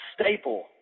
staple